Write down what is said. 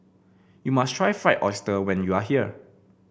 you must try Fried Oyster when you are here